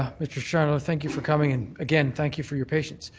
mr. chandler, thank you for coming and again thank you for your patience.